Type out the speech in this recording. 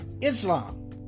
Islam